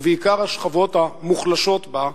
ובעיקר השכבות המוחלשות בה,